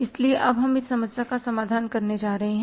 इसलिए हम इस समस्या का सामना करने जा रहे हैं